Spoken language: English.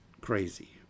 crazy